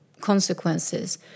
consequences